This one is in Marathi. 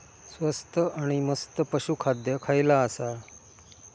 स्वस्त आणि मस्त पशू खाद्य खयला आसा?